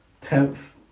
Tenth